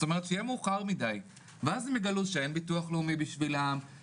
כשיהיה מאוחר מדי הם יגלו שאין ביטוח לאומי בשבילם,